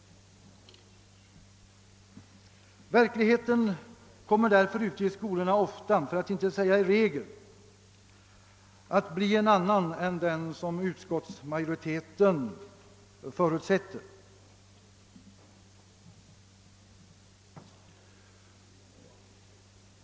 Verkligheten kommer därför ute i skolorna ofta, för att inte säga i regel, att bli en annan än den utskottsmajoriteten förutsätter.